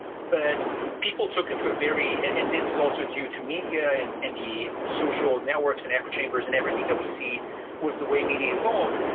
but people took it to a very this is also due to media and and the social networks and echo chambers and everything that we see with the way media evolved.